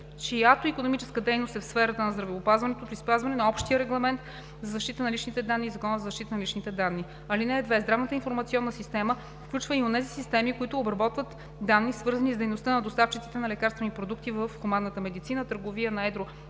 чиято икономическа дейност е в сферата на здравеопазването, при спазване на Общия регламент за защита на личните данни и Закона за защита на личните данни. (2) Здравната информационна система включва и онези системи, които обработват данни, свързани с дейността на доставчиците на лекарствени продукти в хуманната медицина, търговия на едро